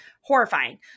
Horrifying